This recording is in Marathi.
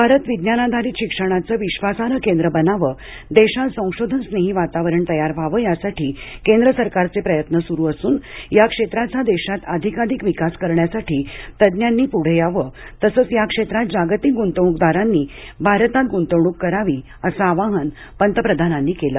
भारत विज्ञानाधारित शिक्षणाचं विश्वासार्ह केंद्र बनावं देशात संशोधनस्नेही वातावरण तयार व्हावं यासाठी केंद्र सरकारचे प्रयत्न सुरू असून या क्षेत्राचा देशात अधिकाधिक विकास करण्यासाठी तज्ञांनी पुढे याव तसंच या क्षेत्रात जागतिक गुंतवणूकदरांनी भारतात गुंतवणूक करावी असं आवाहन पंतप्रधानांनी केलं